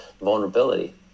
vulnerability